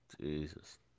Jesus